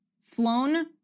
flown